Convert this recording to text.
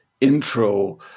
intro